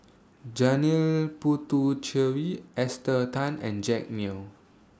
Janil Puthucheary Esther Tan and Jack Neo